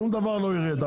שום דבר לא ירד,